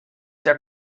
der